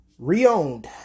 Reowned